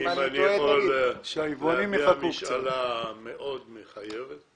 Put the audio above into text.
אם אני יכול להביע משאלה מחייבת מאוד: